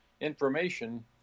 information